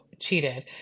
cheated